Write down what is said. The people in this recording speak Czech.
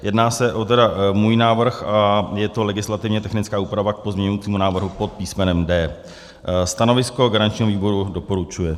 Jedná se o můj návrh a je to legislativně technická úprava k pozměňujícímu návrhu pod písmenem D. Stanovisko garančního výboru: doporučuje.